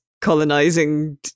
colonizing